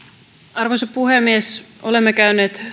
arvoisa puhemies olemme käyneet